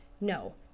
no